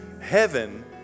heaven